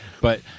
But-